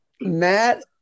Matt